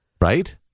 Right